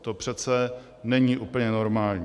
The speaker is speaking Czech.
To přece není úplně normální.